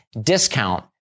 discount